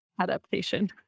adaptation